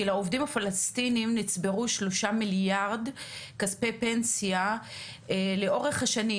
לעובדים הפלסטינים נצברו שלושה מיליארד כספי פנסיה לאורך השנים.